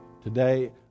Today